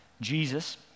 Jesus